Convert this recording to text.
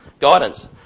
guidance